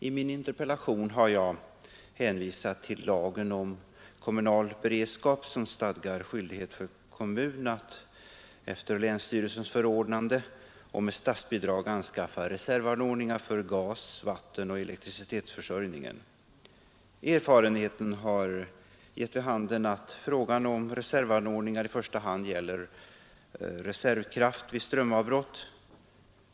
I min interpellation har jag hänvisat till lagen om kommunal beredskap som stadgar skyldighet för kommun att efter länsstyrelsens förordnande och mot ett statsbidrag anskaffa reservanordningar för gas-, vattenoch elekticitetsförsörjningen. Erfarenheten har givit vid handen att frågan om reservanordningar i första hand gäller reservkraft vid strömavbrott.